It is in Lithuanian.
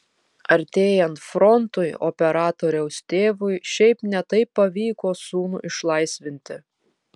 artėjant frontui operatoriaus tėvui šiaip ne taip pavyko sūnų išlaisvinti